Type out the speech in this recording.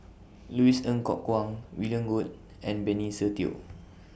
Louis Ng Kok Kwang William Goode and Benny Se Teo